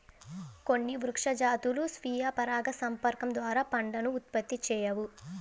కొన్ని వృక్ష జాతులు స్వీయ పరాగసంపర్కం ద్వారా పండ్లను ఉత్పత్తి చేయవు